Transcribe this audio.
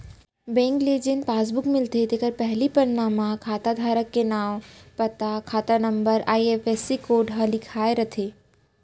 bank ले जेन passbook मिलथे तेखर पहिली पन्ना म खाता धारक के नांव, पता, खाता नंबर, आई.एफ.एस.सी कोड ह लिखाए रथे